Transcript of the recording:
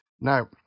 Now